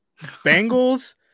Bengals